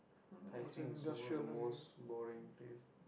Tai-Seng is one of the most boring place